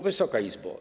Wysoka Izbo!